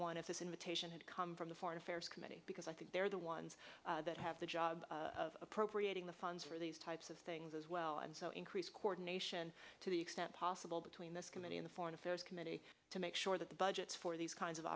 one if this invitation had come from the foreign affairs committee because i think they're the ones that have the job of appropriating the funds for these types of things as well and so increase coordination to the extent possible between this committee in the foreign affairs committee to make sure that the budgets for these kinds of